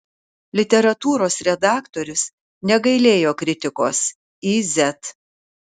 literatūros redaktorius negailėjo kritikos iz